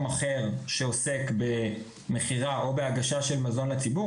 אחר שעוסק במכירה או בהגשה של מזון לציבור,